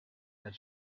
that